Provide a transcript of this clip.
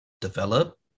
develop